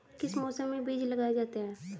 किस मौसम में बीज लगाए जाते हैं?